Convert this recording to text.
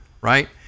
right